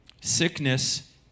Sickness